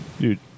Dude